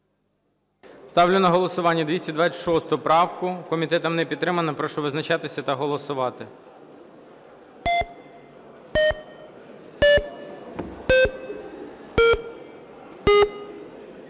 Ставлю на голосування 346 правку. Комітетом не підтримана. Прошу визначатися та голосувати.